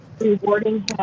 rewarding